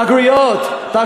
בגרויות, יש תואר אקדמי.